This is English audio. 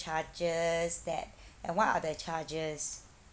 charges that and what are the charges